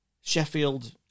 Sheffield